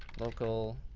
local